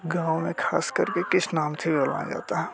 गाँव में खास करके किस नाम से जाता है